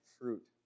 fruit